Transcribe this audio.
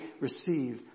receive